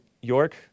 York